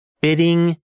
bidding